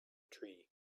tree